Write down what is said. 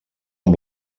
amb